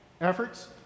efforts